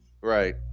Right